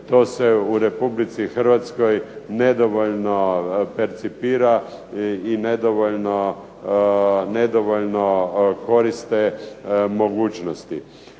to se u RH nedovoljno percipira i nedovoljno koriste mogućnosti.